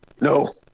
No